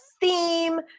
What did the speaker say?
theme